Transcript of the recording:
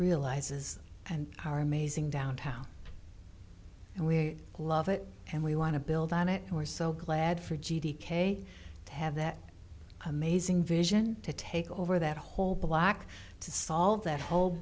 realizes and our amazing downtown and we love it and we want to build on it and we're so glad for g d k to have that amazing vision to take over that whole block to solve that whole